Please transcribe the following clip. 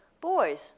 Boys